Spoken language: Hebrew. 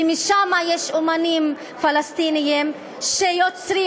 ומשם יש אמנים פלסטינים שיוצרים,